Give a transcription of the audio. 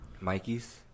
Mikey's